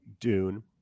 Dune